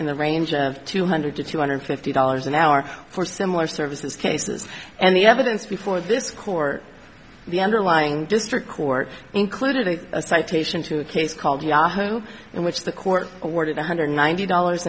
in the range of two hundred to two hundred fifty dollars an hour for similar services cases and the evidence before this court the underlying district court included a citation to a case called yahoo in which the court awarded one hundred ninety dollars